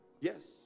Yes